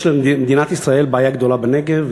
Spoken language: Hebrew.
יש למדינת ישראל בעיה גדולה בנגב,